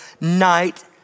night